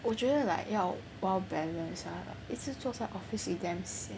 我觉得 like 要 well balance ah 一直坐在 office is damn sian